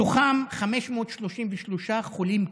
מתוכם 533 חולים קשה.